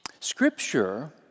Scripture